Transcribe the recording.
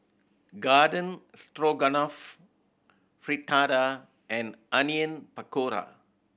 Garden Stroganoff Fritada and Onion Pakora